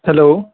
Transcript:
hello